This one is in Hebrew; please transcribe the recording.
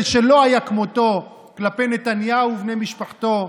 שלא היה כמותו כלפי נתניהו ובני משפחתו,